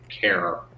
care